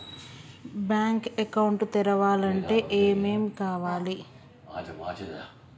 Bank account తెరవాలంటే ఏమేం కావాలి?